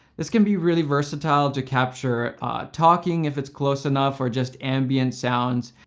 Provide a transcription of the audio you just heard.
this can be really versatile to capture talking, if it's close enough, or just ambient sounds,